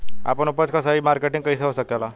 आपन उपज क सही मार्केटिंग कइसे हो सकेला?